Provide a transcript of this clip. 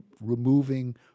removing